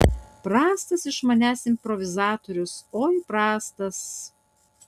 prastas iš manęs improvizatorius oi prastas